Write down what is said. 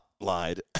lied